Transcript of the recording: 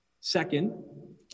Second